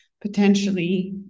potentially